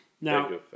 Now